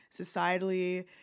societally